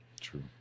true